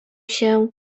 się